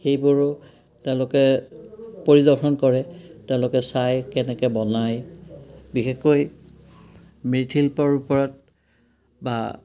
সেইবোৰো তেওঁলোকে পৰিদৰ্শন কৰে তেওঁলোকে চাই কেনেকে বনায় বিশেষকৈ মৃৎশিল্পৰ ওপৰত বা